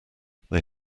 they